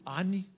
ani